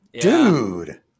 Dude